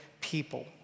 people